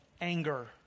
anger